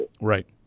Right